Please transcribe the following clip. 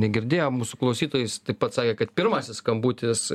negirdėjo mūsų klausytojai jis taip pat sakė kad pirmasis skambutis